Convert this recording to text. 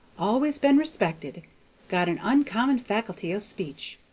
always been respected got an uncommon facility o' speech.